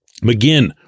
McGinn